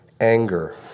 anger